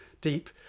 deep